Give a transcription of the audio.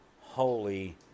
holy